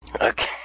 Okay